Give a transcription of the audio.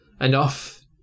enough